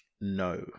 no